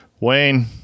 Wayne